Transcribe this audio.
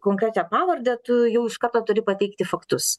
konkrečią pavardę tu jau iš karto turi pateikti faktus